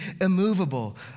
immovable